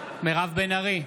מירב בן ארי,